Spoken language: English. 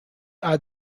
are